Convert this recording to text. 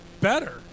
better